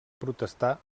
protestar